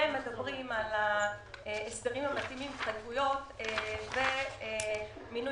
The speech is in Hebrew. אתם מדברים על ההסכמים המתאימים ומינוי